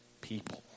people